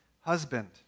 husband